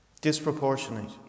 Disproportionate